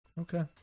Okay